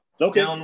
Okay